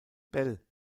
bell